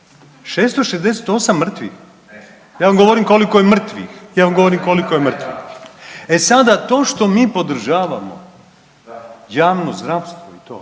je mrtvih, ja vam govorim koliko je mrtvih. E sada to što mi podržavamo javno zdravstvo i to,